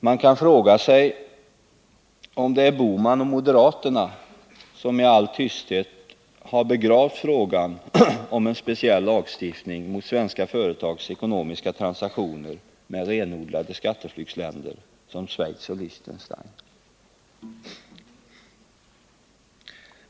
Man kan fråga sig om det är Gösta Bohman och moderaterna som i all tysthet har begravt frågan om en speciell lagstiftning mot svenska företags ekonomiska transaktioner med renodlade skatteflyktsländer som Schweiz och Liechtenstein.